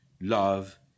love